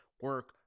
Work